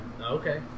Okay